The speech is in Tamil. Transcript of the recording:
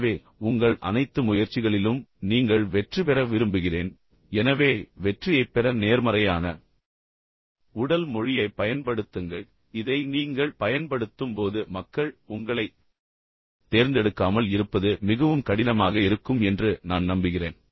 எனவே உங்கள் அனைத்து முயற்சிகளிலும் நீங்கள் வெற்றிபெற விரும்புகிறேன் எனவே வெற்றியைப் பெற நேர்மறையான உடல் மொழியைப் பயன்படுத்துங்கள் இதை நீங்கள் பயன்படுத்தும்போது மக்கள் உங்களைத் தேர்ந்தெடுக்காமல் இருப்பது மிகவும் கடினமாக இருக்கும் என்று நான் நம்புகிறேன்